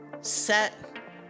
set